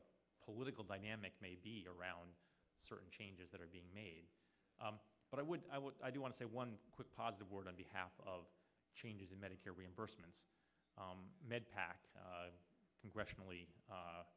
the political dynamic may be around certain changes that are being made but i would i would i do want to say one quick positive word on behalf of changes in medicare reimbursements med pac congressional